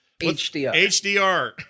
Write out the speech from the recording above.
HDR